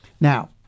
Now